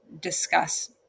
discuss